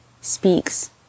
speaks